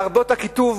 להרבות את הקיטוב.